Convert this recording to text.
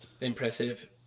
Impressive